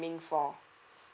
for